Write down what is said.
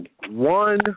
one